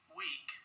week